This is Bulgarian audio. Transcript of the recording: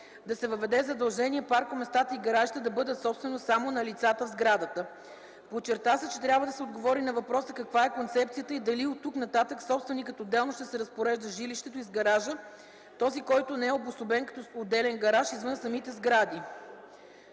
да се въведе задължение паркоместата и гаражите да бъдат собственост само на лицата в сградата. Подчерта се, че трябва да отговори на въпроса каква е концепцията и дали оттук нататък собственикът отделно ще се разпорежда с жилището и с гаража, този който не е обособен като отделен гараж извън самите сгради.